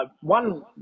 One